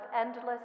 endless